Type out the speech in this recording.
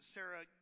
Sarah